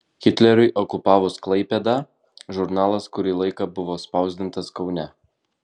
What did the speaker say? hitleriui okupavus klaipėdą žurnalas kurį laiką buvo spausdintas kaune